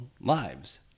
lives